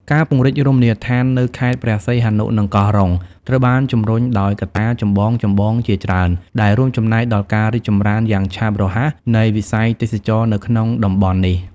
ការពង្រីករមណីយដ្ឋាននៅ ខេត្តព្រះសីហនុ និងកោះរ៉ុង ត្រូវបានជំរុញដោយកត្តាចម្បងៗជាច្រើន ដែលរួមចំណែកដល់ការរីកចម្រើនយ៉ាងឆាប់រហ័សនៃវិស័យទេសចរណ៍នៅក្នុងតំបន់នេះ។